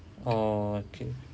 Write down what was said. oh okay